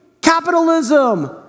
capitalism